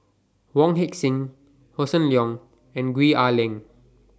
Wong Heck Sing Hossan Leong and Gwee Ah Leng